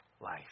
life